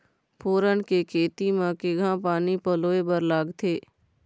फोरन के खेती म केघा पानी पलोए बर लागथे?